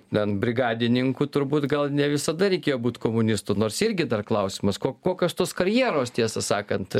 ten brigadininku turbūt gal ne visada reikėjo būt komunistu nors irgi dar klausimas ko kokios tos karjeros tiesą sakant